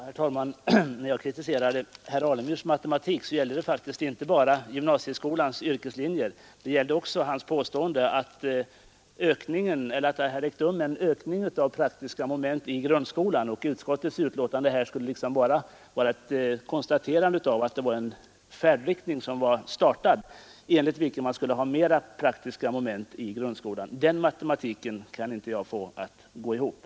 Herr talman! När jag kritiserade herr Alemyrs matematik gällde det inte bara gymnasieskolans yrkeslinjer. Det gällde också herr Alemyrs påstående att det hade skett en ökning av de praktiska momenten i grundskolan. Utskottets betänkande på denna punkten skulle då bara vara ett konstaterande av riktigheten i den utveckling som inletts. Den matematiken kan jag inte få att gå ihop.